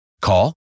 Call